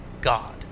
god